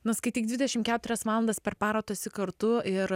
nu skaityk dvidešim keturias valandas per parą tu esi kartu ir